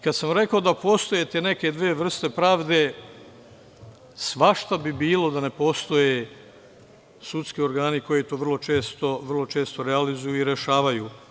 Kada sam rekao da postoje te neke dve vrste pravde svašta bi bilo da ne postoje sudski organi koji to vrlo često realizuju i rešavaju.